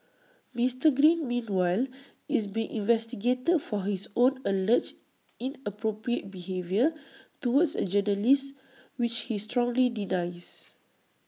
Mister green meanwhile is being investigated for his own alleged inappropriate behaviour towards A journalist which he strongly denies